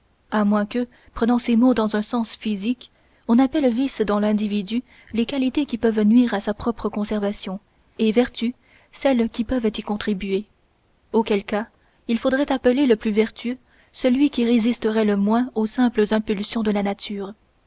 à moins que prenant ces mots dans un sens physique on n'appelle vices dans l'individu les qualités qui peuvent nuire à sa propre conservation et vertus celles qui peuvent y contribuer auquel cas il faudrait appeler le plus vertueux celui qui résisterait le moins aux simples impulsions de la nature